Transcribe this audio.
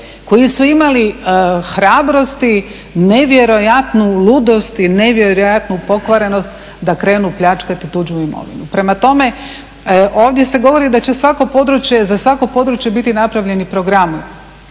koji su imali hrabrosti, nevjerojatnu ludost i nevjerojatnu pokvarenost da krenu pljačkati tuđu imovinu. Prema tome, ovdje se govori da će svako područje, za svako područje biti napravljeni programi